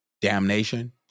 damnation